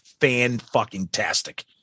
fan-fucking-tastic